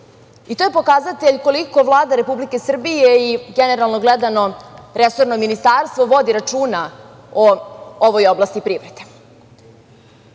i to je pokazatelj koliko Vlada Republike Srbije i generalno gledano resorno ministarstvo vodi računa o ovoj oblasti